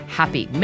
happy